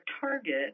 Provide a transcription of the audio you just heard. target